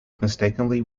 mistakenly